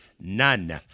none